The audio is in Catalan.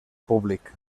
públic